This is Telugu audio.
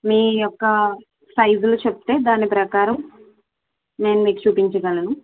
మీ యొక్క సైజులు చెప్తే దాని ప్రకారం నేను మీకు చూపించగలను